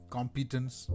Competence